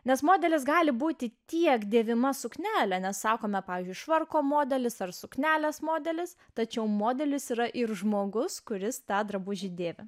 nes modelis gali būti tiek dėvima suknelė nesakome pavyzdžiui švarko modelis ar suknelės modelis tačiau modelis yra ir žmogus kuris tą drabužį dėvi